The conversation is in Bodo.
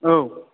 औ